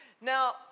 Now